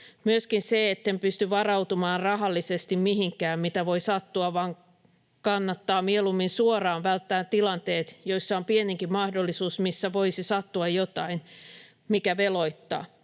Myöskin se, etten pysty varautumaan rahallisesti mihinkään, mitä voi sattua, vaan kannattaa mieluummin suoraan välttää tilanteet, joissa on pienikin mahdollisuus, missä voisi sattua jotain, mikä veloittaa.